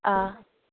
ꯑꯥ